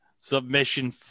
submission